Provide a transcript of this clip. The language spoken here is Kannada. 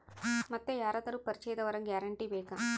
ಮತ್ತೆ ಯಾರಾದರೂ ಪರಿಚಯದವರ ಗ್ಯಾರಂಟಿ ಬೇಕಾ?